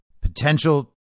potential